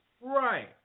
Right